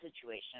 situation